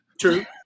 True